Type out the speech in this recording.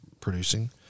producing